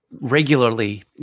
regularly